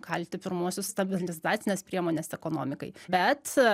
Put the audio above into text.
kalti pirmuosius stabilizacines priemones ekonomikai bet